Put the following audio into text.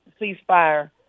ceasefire